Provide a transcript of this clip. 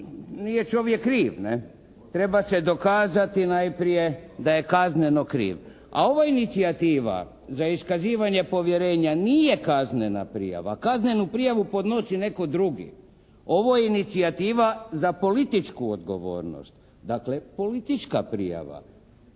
nije čovjek kriv. Ne? Treba se dokazati najprije da je kazneno kriv, a ova inicijativa za iskazivanje povjerenja nije kaznena prijava. Kaznenu prijavu podnosi netko drugi. Ovo je inicijativa za političku odgovornost, dakle politička prijava.